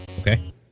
Okay